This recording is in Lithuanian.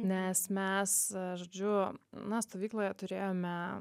nes mes žodžiu na stovykloje turėjome